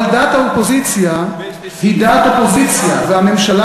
אבל דעת האופוזיציה היא דעת אופוזיציה והממשלה